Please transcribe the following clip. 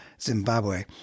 Zimbabwe